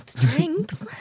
Drinks